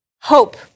Hope